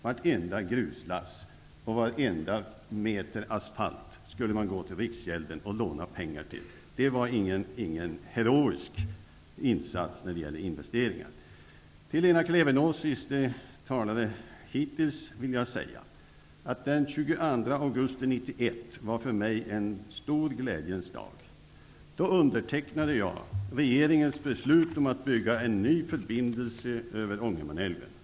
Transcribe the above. Vartenda gruslass och varenda meter asfalt skulle man gå till Riksgälden och låna pengar till. Det är ingen heroisk insats när det gäller investeringar. Till Lena Klevenås, talaren före mig, vill jag säga följande. Den 22 augusti 1991 var för mig en stor glädjens dag. Då undertecknade jag regeringens beslut om att bygga en ny förbindelse över Ångermanälven.